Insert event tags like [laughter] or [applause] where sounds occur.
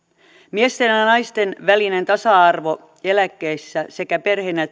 miesten ja ja naisten välinen tasa arvo eläkkeissä sekä perheen ja [unintelligible]